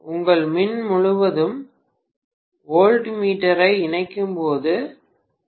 உங்கள் மின் முழுவதும் வோல்ட்மீட்டரை இணைக்கும்போது சுற்று